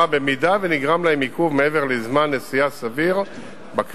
אם נגרם להם עיכוב מעבר לזמן נסיעה סביר בכביש,